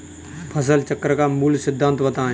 फसल चक्र का मूल सिद्धांत बताएँ?